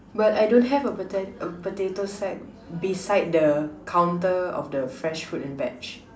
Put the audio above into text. but I don't have a pota~ potato sack beside the counter of the fresh fruits and veg